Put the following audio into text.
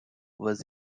was